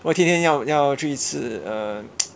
我天天要要去吃 uh